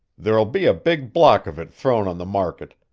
there'll be a big block of it thrown on the market,